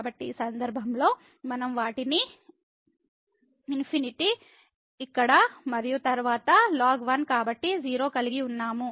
కాబట్టి ఈ సందర్భంలో మనం వాటిని ∞ ఇక్కడ మరియు తరువాత ln 1 కాబట్టి 0 కలిగి ఉన్నాము